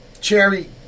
Cherry